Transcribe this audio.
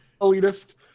elitist